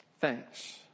thanks